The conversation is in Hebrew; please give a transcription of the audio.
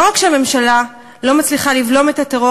לא רק שהממשלה לא מצליחה לבלום את הטרור